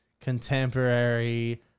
contemporary